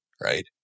Right